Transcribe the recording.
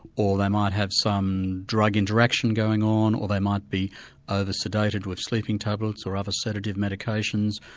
or they might have some drug interaction going on, or they might be over-sedated with sleeping tablets or other sedative medications,